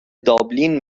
دابلین